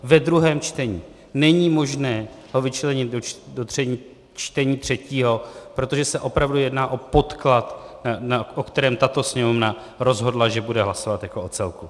Ve druhém čtení není možné ho vyčlenit do čtení třetího, protože se opravdu jedná o podklad, o kterém tato Sněmovna rozhodla, že bude hlasovat jako o celku.